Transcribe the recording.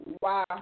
Wow